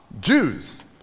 Jews